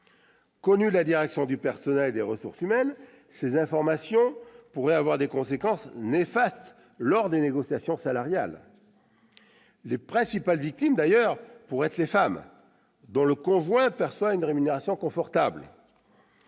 Connues de la direction du personnel et des ressources humaines, ces informations pourraient avoir des conséquences néfastes lors des négociations salariales. Les principales victimes de la réforme pourraient être les femmes dont le conjoint perçoit une rémunération confortable.